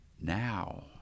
Now